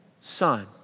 son